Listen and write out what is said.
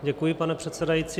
Děkuji, pane předsedající.